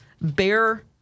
bear